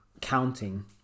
counting